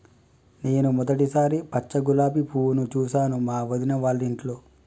నేను మొదటిసారి పచ్చ గులాబీ పువ్వును చూసాను మా వదిన వాళ్ళింట్లో